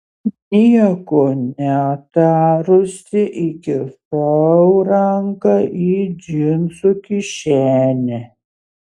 nieko netarusi įkišau ranką į džinsų kišenę